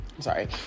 sorry